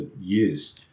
years